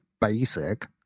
basic